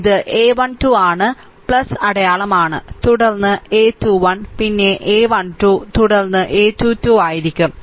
ഇത് a 1 2 ആണ് അടയാളം ആണ് തുടർന്ന് a 2 1 പിന്നെ a 1 2 തുടർന്ന് a 2 2 ആയിരിക്കും